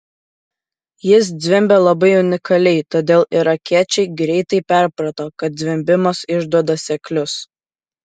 jie zvimbė labai unikaliai todėl irakiečiai greitai perprato kad zvimbimas išduoda seklius